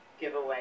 Giveaway